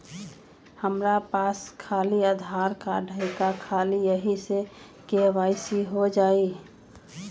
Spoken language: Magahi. हमरा पास खाली आधार कार्ड है, का ख़ाली यही से के.वाई.सी हो जाइ?